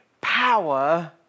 power